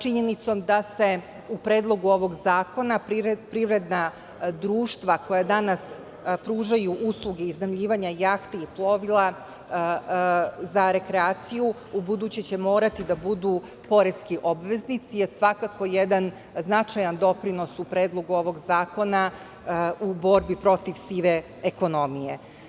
Činjenicom da se u predlogu ovog zakona privredna društva koja danas pružaju usluge iznajmljivanja jahti i plovila za rekreaciju ubuduće će morati da budu poreski obveznici je svakako jedan značajan doprinos u Predlogu ovog zakona u borbi protiv sive ekonomije.